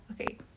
Okay